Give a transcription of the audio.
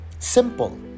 Simple